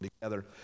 together